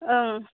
ओं